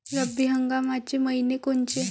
रब्बी हंगामाचे मइने कोनचे?